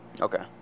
okay